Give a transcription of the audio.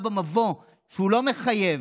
אולי לא באותה עוצמה, אולי לא באותו היקף,